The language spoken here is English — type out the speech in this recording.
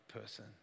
person